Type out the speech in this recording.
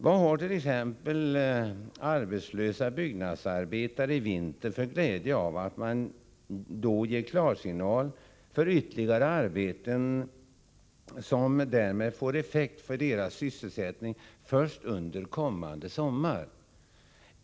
Vad har t.ex. arbetslösa byggnadsarbetare i vinter för glädje av att man då ger klarsignal för ytterligare arbeten som får effekt för deras sysselsättning först under kommande sommar?